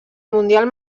mundial